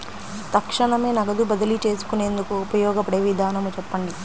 తక్షణమే నగదు బదిలీ చేసుకునేందుకు ఉపయోగపడే విధానము చెప్పండి?